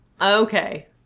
Okay